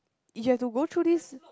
you have to go through this